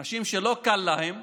אנשים שלא קל להם,